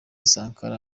sankara